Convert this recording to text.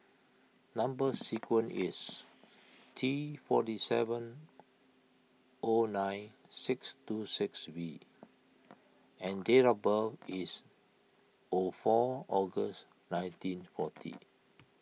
Number Sequence is T forty seven O nine six two six V and date of birth is O four August nineteen forty